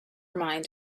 mind